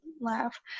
laugh